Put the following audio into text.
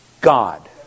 God